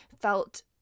felt